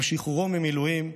עם שחרורו ממילואים,